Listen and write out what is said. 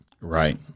Right